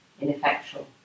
ineffectual